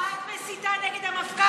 את מסיתה נגד המפכ"ל,